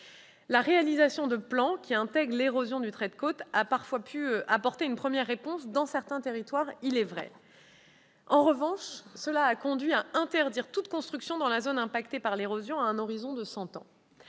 la réalisation de plans intégrant l'érosion du trait de côte a pu parfois apporter une première réponse dans certains territoires. En revanche, cela a conduit à interdire toute construction dans la zone impactée par l'érosion à un horizon de cent ans.